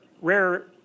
rare